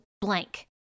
blank